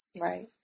Right